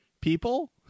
people